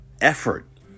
effort